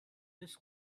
this